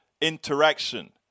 interaction